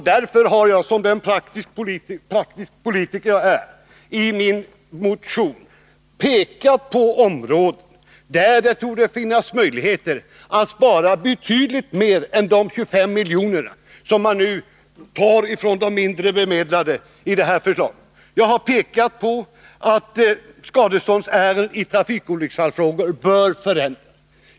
Därför har jag, som den praktiske politiker jag är, i min motion pekat på områden där det torde finnas möjligheter att spara betydligt mer än de 25 milj. som man genom det här förslaget tar från de mindre bemedlade. Jag har visat på skadeståndsärenden som rör trafikolycksfall.